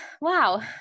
wow